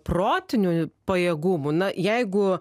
protinių pajėgumų na jeigu